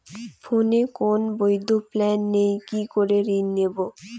ফোনে কোন বৈধ প্ল্যান নেই কি করে ঋণ নেব?